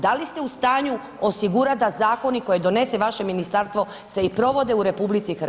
Da li ste u stanju osigurati da zakoni koje donese vaše ministarstvo se provode i RH?